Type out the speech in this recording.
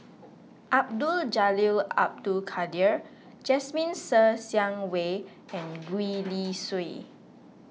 Abdul Jalil Abdul Kadir Jasmine Ser Xiang Wei and Gwee Li Sui